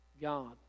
God